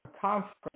conference